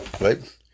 Right